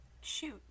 Shoot